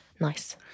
nice